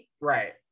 Right